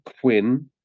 quinn